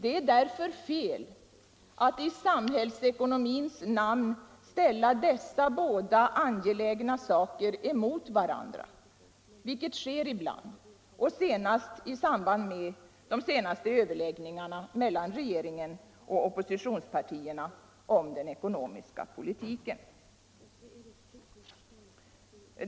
Det är därför skäl att i samhällsekonomins namn ställa dessa båda angelägna saker emot varandra, vilket ibland sker, t.ex. i samband med de senaste överläggningarna mellan regeringen och oppositionspartierna om den ekonomiska politiken.